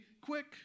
quick